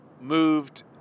moved